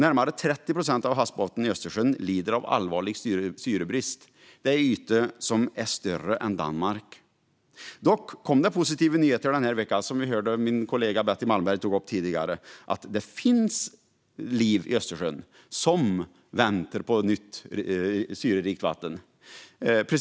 Närmare 30 procent av havsbottnen i Östersjön lider av allvarlig syrebrist, och det är en yta som är större än Danmark. Dock kom det positiva nyheter denna vecka, som vi hörde min kollega Betty Malmberg ta upp tidigare, nämligen att det finns liv i Östersjön som väntar på nytt syrerikt vatten.